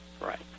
right